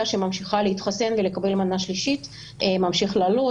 שממשיכה להתחסן ולקבל מנה שלישית ממשיך לעלות,